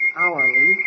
hourly